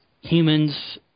humans